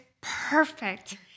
perfect